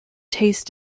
tastes